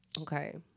Okay